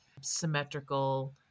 symmetrical